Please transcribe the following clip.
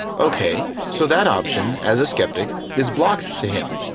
okay, so that option, as a skeptic, is blocked to him.